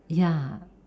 ya mm